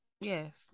Yes